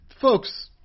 folks